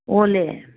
ꯑꯣꯜꯂꯦ